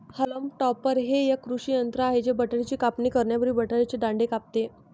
haulm topper हे एक कृषी यंत्र आहे जे बटाट्याची कापणी करण्यापूर्वी बटाट्याचे दांडे कापते